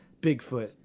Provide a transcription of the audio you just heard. Bigfoot